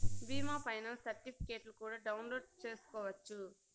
బీమా ఫైనాన్స్ సర్టిఫికెట్లు కూడా డౌన్లోడ్ చేసుకోవచ్చు